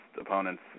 opponents